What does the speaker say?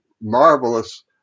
marvelous